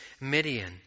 Midian